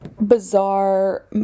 bizarre